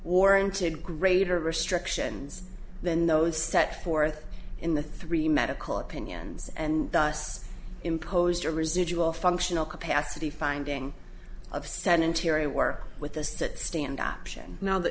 warranted greater restrictions than those set forth in the three medical opinions and thus imposed a residual functional capacity finding of sedentary work with us to stand option now the